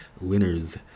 winners